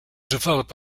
develop